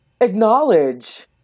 acknowledge